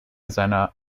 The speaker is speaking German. seiner